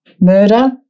murder